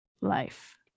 life